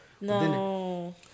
No